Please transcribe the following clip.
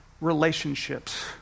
relationships